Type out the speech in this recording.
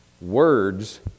words